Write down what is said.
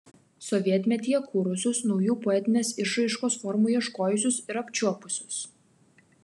sovietmetyje kūrusius naujų poetinės išraiškos formų ieškojusius ir apčiuopusius